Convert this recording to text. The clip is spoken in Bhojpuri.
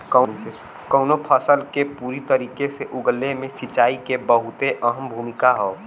कउनो फसल के पूरी तरीके से उगले मे सिंचाई के बहुते अहम भूमिका हौ